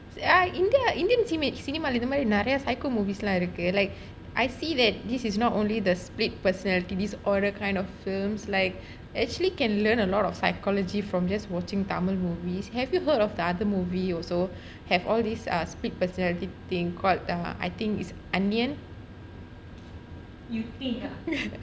[ah]india indian flimmage சினிமாவுல இந்த மாதிரி நிறைய:cinimaavula into maathiri niraiya psycho movies எல்லாம் இருக்கு:ella irukku like I see that this is not only the split personality disorder kind of films like actually can learn a lot of psychology from just watching tamil movies have you heard of the other movie also have all this err split personality thing called err I think is anniyan